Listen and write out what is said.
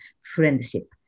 friendship